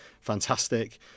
fantastic